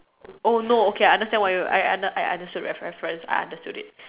oh no okay I understand what you I I under I understood reference I understood it